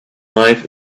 life